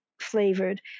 flavored